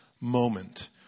moment